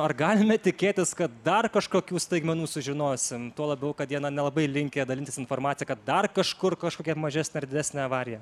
ar galime tikėtis kad dar kažkokių staigmenų sužinosim tuo labiau kad jie na nelabai linkę dalintis informacija kad dar kažkur kažkokia mažesnė ar didesnė avarija